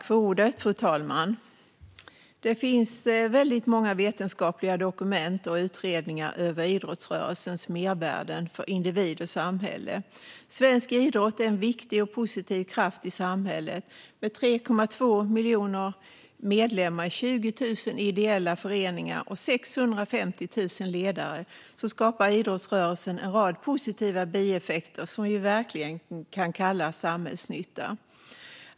Fru talman! Det finns väldigt många vetenskapliga dokument och utredningar om idrottsrörelsens mervärden för individ och samhälle. Svensk idrott är en viktig och positiv kraft i samhället. Med 3,2 miljoner medlemmar i 20 000 ideella föreningar och 650 000 ledare skapar idrottsrörelsen en rad positiva bieffekter som vi verkligen kan kalla samhällsnytta.